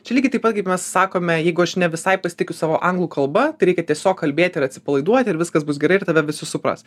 čia lygiai taip pat kaip mes sakome jeigu aš ne visai pasitikiu savo anglų kalba tai reikia tiesiog kalbėti ir atsipalaiduoti ir viskas bus gerai ir tave visi supras